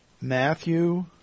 Matthew